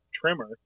trimmer